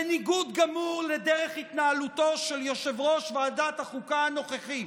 בניגוד גמור לדרך התנהלותו של יושב-ראש ועדת החוקה הנוכחי,